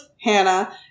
Hannah